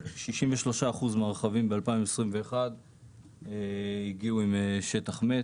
63% מהרכבים בשנת 2021 הגיעו עם מערכת שטח מת.